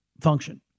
function